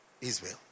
israel